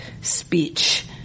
speech